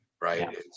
right